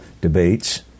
debates